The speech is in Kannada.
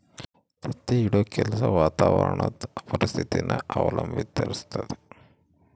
ತತ್ತಿ ಇಡೋ ಕೆಲ್ಸ ವಾತಾವರಣುದ್ ಪರಿಸ್ಥಿತಿನ ಅವಲಂಬಿಸಿರ್ತತೆ